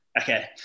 Okay